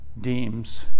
deems